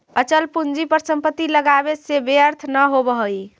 अचल पूंजी पर संपत्ति लगावे से व्यर्थ न होवऽ हई